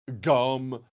Gum